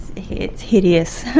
it's hideous,